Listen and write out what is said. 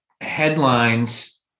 headlines